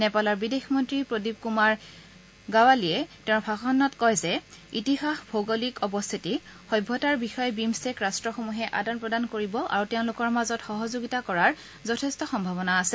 নেপালৰ বেদিশ মন্ত্ৰী প্ৰদীপ কৃমাৰ গ্যাৱালিয়ে তেওঁৰ ভাষণত কয় যে ইতিহাস ভৌগোলিক অৱস্থিতি সভ্যতাৰ বিষয়ে বিমট্টেক ৰাষ্ট্সমূহে আদান প্ৰদান কৰিব আৰু তেওঁলোকৰ মাজত সহযোগিতা কৰাৰ যথেষ্ট সম্ভাৱনা আছে